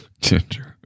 Ginger